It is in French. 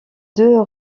deux